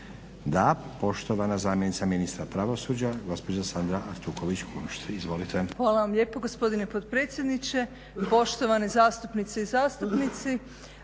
Da, poštovana zamjenica ministra pravosuđa gospođa Sandra Artuković Kunšt, izvolite. **Artuković Kunšt, Sandra** Hvala vam lijepa gospodine potpredsjedniče, poštovane zastupnice i zastupnici.